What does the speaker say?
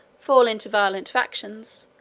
fall into violent factions,